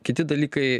kiti dalykai